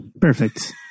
Perfect